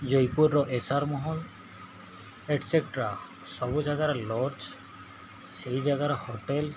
ଜୟପୁରର S R Mahal etcetera ସବୁ ଜାଗାରେ ଲଜ୍ ସେଇ ଜାଗାରେ ହୋଟେଲ୍